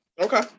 Okay